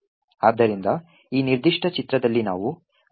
ಆದ್ದರಿಂದ ಈ ನಿರ್ದಿಷ್ಟ ಚಿತ್ರದಲ್ಲಿ ನಾವು ಕಾರ್ಯಕ್ರಮದ ಸ್ಟಾಕ್ ಅನ್ನು ತೋರಿಸುತ್ತೇವೆ